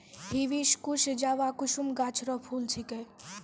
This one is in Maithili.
हिबिस्कुस जवाकुसुम गाछ रो फूल छिकै